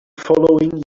following